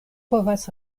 povas